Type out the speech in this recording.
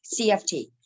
CFT